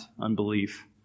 unbelief